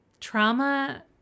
trauma